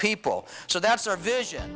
people so that's our vision